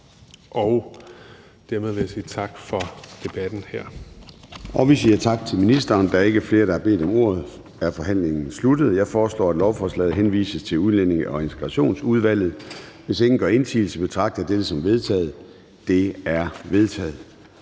Og dermed vil jeg sige tak for debatten her. Kl. 17:21 Formanden (Søren Gade): Vi siger tak til ministeren. Da der ikke er flere, der har bedt om ordet, er forhandlingen sluttet. Jeg foreslår, at lovforslaget henvises til Udlændinge- og Integrationsudvalget. Hvis ingen gør indsigelse, betragter jeg dette som vedtaget. Det er vedtaget.